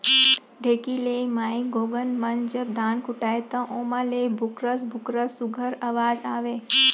ढेंकी ले माईगोगन मन जब धान कूटय त ओमा ले भुकरस भुकरस सुग्घर अवाज आवय